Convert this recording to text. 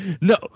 no